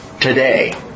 today